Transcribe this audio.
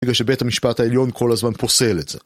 בגלל שבית המשפט העליון כל הזמן פוסל את זה